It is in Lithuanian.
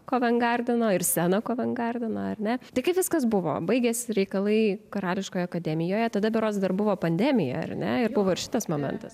kovengardeno ir sceną kovengardeno ar ne tai kaip viskas buvo baigėsis reikalai karališkoje akademijoje tada berods dar buvo pandemija ar ne ir buvo šitas momentas